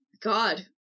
God